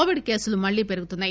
Covid కేసులు మళ్లీ పెరుగుతున్నాయి